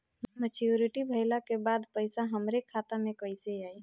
Maturity भईला के बाद पईसा हमरे खाता में कइसे आई?